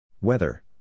Weather